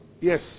yes